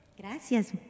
Gracias